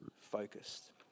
focused